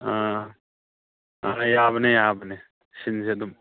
ꯑꯥ ꯌꯥꯕꯅꯦ ꯌꯥꯕꯅꯦ ꯁꯤꯟꯁꯦ ꯑꯗꯨꯝ